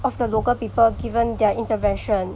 of the local people given their intervention